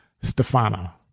Stefano